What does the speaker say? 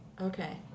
Okay